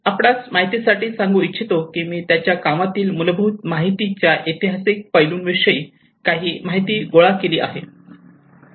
आपणास माहितीसाठी सांगू इच्छितो की मी त्याच्या कामातील मूलभूत माहितीच्या ऐतिहासिक पैलूंविषयी काही माहिती गोळा केली आहे